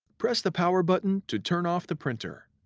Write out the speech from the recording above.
press the power button to turn off the printer.